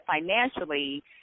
financially